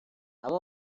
اما